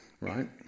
right